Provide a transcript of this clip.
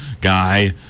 guy